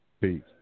Peace